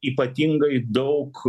ypatingai daug